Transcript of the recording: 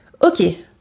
Ok